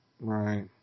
Right